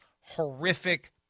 horrific